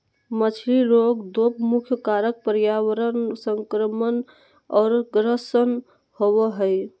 मछली रोग दो मुख्य कारण पर्यावरण संक्रमण और ग्रसन होबे हइ